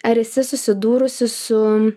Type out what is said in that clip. ar esi susidūrusi su